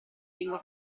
lingua